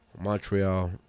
montreal